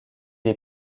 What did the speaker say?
est